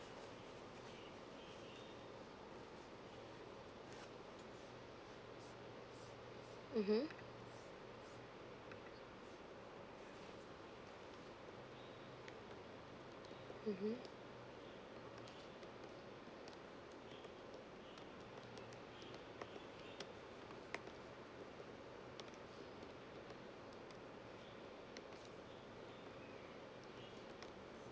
mmhmm mmhmm